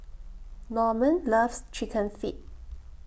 Normand loves Chicken Feet